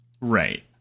Right